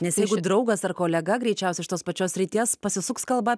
nes jeigu draugas ar kolega greičiausiai iš tos pačios srities pasisuks kalba